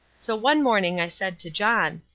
so one morning i said to john,